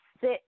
sit